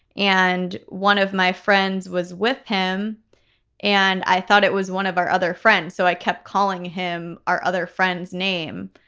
and one of my friends was with him and i thought it was one of our other friends. so i kept calling him. our other friend's name.